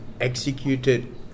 executed